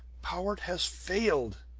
powart has failed!